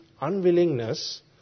unwillingness